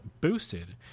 boosted